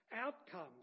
outcomes